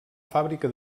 fàbrica